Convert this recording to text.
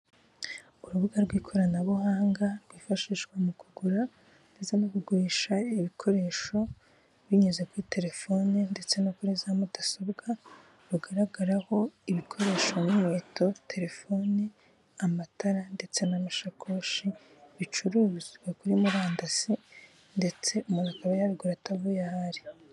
Urubuga rw'ikoranabuhanga rwifashishwa mu kugura ndetse no kugurisha ibikoresho binyuze kuri terefoni ndetse no kuri za mudasobwa, rugaragaraho ibikoresho n'inkweto terefoni, amatara ndetse n'amashakoshi, bicururizwa kuri murandasi ndetse umuntu akaba yabigura atavuye aha ari.